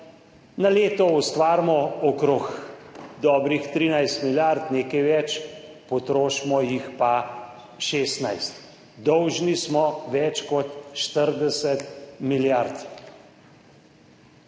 na leto ustvarimo okrog dobrih 13 milijard, nekaj več, potrošimo jih pa 16, dolžni smo več kot 40 milijard.